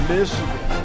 Michigan